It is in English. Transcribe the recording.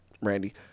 Randy